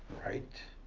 write?